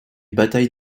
bataille